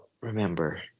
remember